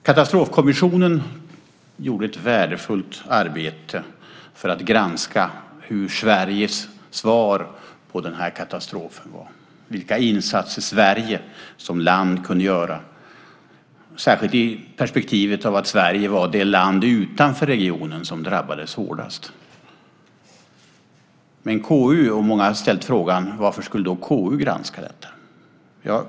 Katastrofkommissionen gjorde ett värdefullt arbete för att granska Sveriges svar på katastrofen och de insatser Sverige som land kunde göra, särskilt i perspektivet att Sverige var det land utanför regionen som drabbades hårdast. Men många har ställt frågan: Varför skulle då KU granska detta?